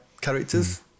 characters